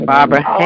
Barbara